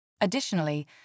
Additionally